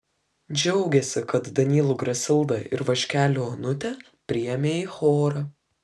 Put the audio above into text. džiaugėsi kad danylų grasildą ir vaškelių onutę priėmė į chorą